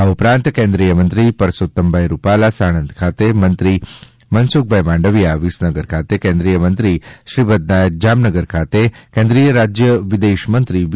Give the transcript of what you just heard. આ ઉપરાંત કેન્દ્રીય મંત્રીશ્રી પરષોત્તમભાઈ રૂપાલા સાણંદ ખાતે મંત્રીશ્રી મનસુખભાઈ માંડવીયા વિસનગર ખાતે કેન્દ્રીય મંત્રીશ્રી શ્રીપદ નાયક જામનગર ખાતે કેન્દ્રીય રાજય વિદેશમંત્રીશ્રી વી